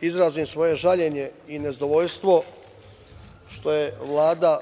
izrazim svoje žaljenje i nezadovoljstvo što je Vlada